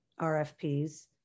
RFPs